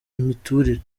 imiturire